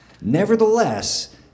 Nevertheless